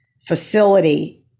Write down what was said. facility